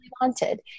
wanted